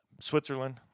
Switzerland